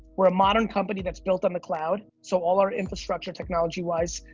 we're a modern company that's built on the cloud, so all our infrastructure, technology-wise,